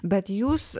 bet jūs